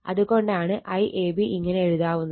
അത് കൊണ്ടാണ് IAB ഇങ്ങനെയെഴുതാനാവുന്നത്